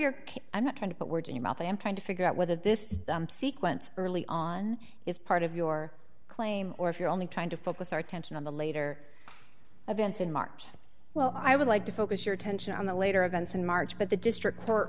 case i'm not trying to put words in your mouth i am trying to figure out whether this sequence early on is part of your claim or if you're only trying to focus our attention on the later events in march well i would like to focus your attention on the later events in march but the district